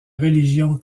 religion